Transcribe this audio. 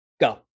Go